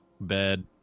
bed